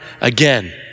again